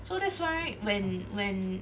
so that's why when when